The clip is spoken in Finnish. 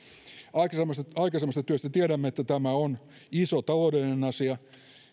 aikaisemmasta aikaisemmasta työstä tiedämme että tämä on iso taloudellinen asia